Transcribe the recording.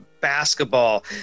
basketball